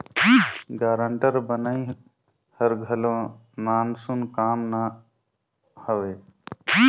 guarantor बनई हर घलो नानसुन काम ना हवे